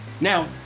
Now